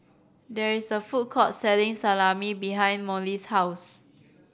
there is a food court selling Salami behind Mollie's house